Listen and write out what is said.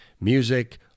music